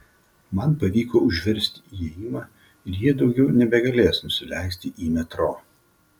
man pavyko užversti įėjimą ir jie daugiau nebegalės nusileisti į metro